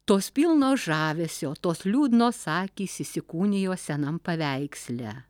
tos pilnos žavesio tos liūdnos akys įsikūnijo senam paveiksle